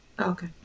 Okay